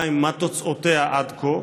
2. מה תוצאותיה עד כה?